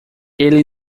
ele